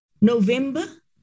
November